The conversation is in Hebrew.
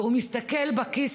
והוא מסתכל בכיס,